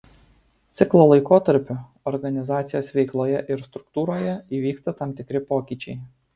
ciklo laikotarpiu organizacijos veikloje ir struktūroje įvyksta tam tikri pokyčiai